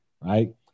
Right